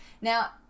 Now